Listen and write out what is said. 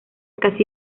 casi